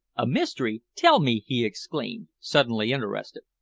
a mystery tell me, he exclaimed, suddenly interested.